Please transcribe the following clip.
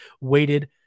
weighted